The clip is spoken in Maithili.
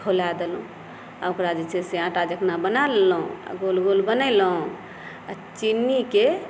खौला देलहुँ आ ओकरा जे छै से आटा जेकाँ बना लेलहुँ आ गोल गोल बनेलहुँ आ चिन्नीके